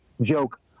joke